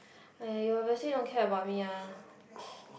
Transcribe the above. aiyah you obviously don't care about me lah